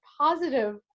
positive